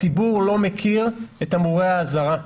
הציבור לא מכיר את תמרורי האזהרה.